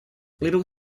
little